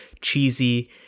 cheesy